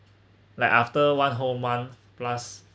like after one whole month plus